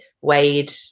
weighed